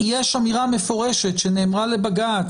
יש אמירה מפורשת שנאמרה לבג"ץ.